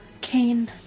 Cain